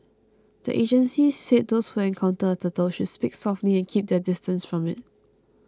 the agencies said those who encounter a turtle should speak softly and keep their distance from it